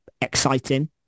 exciting